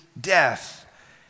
death